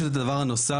יש את הדבר הנוסף,